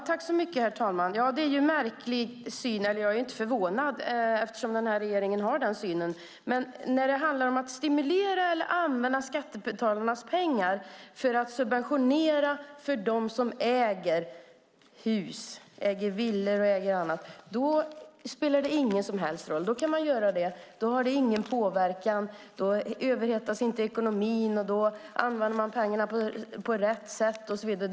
Herr talman! Det är en märklig syn, men jag är inte förvånad, eftersom den här regeringen har den synen. När det handlar om att stimulera eller använda skattebetalarnas pengar för att subventionera dem som äger hus, villor och annat, då spelar det ingen roll. Det har tydligen ingen påverkan, då överhettas inte ekonomin, då använder man pengarna på rätt sätt och så vidare.